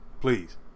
please